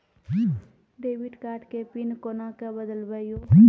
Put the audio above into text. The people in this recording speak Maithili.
डेबिट कार्ड के पिन कोना के बदलबै यो?